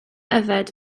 yfed